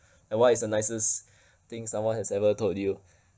ya what is the nicest thing someone has ever told you